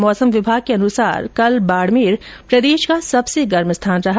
मौसम विभाग के अनुसार कल बाड़मेर प्रदेश का सबसे गर्म स्थान रहा